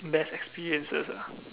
best experiences ah